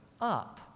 up